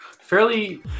fairly